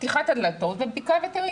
פתיחת הדלתות ובדיקה וטרינרית.